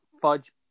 fudge